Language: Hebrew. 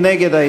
מי נגד?